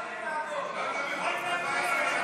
--- זה מאפיה.